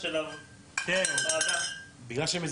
החלטה מה קורה, האם יש